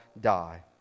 die